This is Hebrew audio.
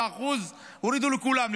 7%. הורידו לכולם,